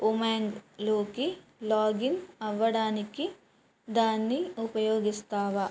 ఉమాంగ్లోకి login అవ్వడానికి దాన్ని ఉపయోగిస్తావా